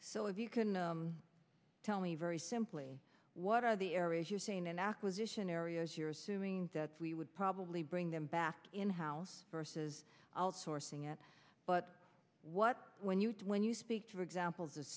so if you can tell me very simply what are the areas you're saying an acquisition areas you're assuming that we would probably bring them back in house versus outsourcing it but what when you when you speak for example of